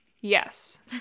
Yes